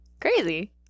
Crazy